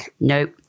Nope